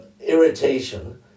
irritation